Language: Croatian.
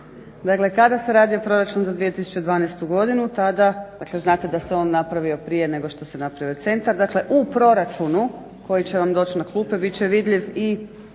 kada se radio proračun za 2012. godinu tada, dakle znate da se on napravio prije nego što se napravio centar. Dakle, u proračunu koji će vam doći na klupe bit će vidljiv i